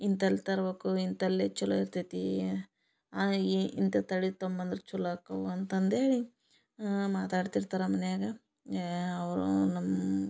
ಇಂತಲ್ಲಿ ತರಬೇಕು ಇಂತಲ್ಲಿ ಚಲೋ ಇರ್ತೈತಿ ಇಂಥದ್ ತಳಿ ತೊಗಂಬಂದ್ರ ಚಲೋ ಆಕವು ಅಂತಂದು ಹೇಳಿ ಮಾತಾಡ್ತಿರ್ತಾರ ಮನ್ಯಾಗ ಅವರು ನಮ್ಮ